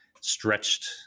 stretched